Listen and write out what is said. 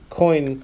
coin